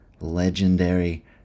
legendary